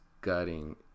gutting